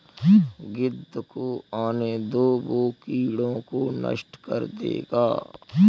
गिद्ध को आने दो, वो कीड़ों को नष्ट कर देगा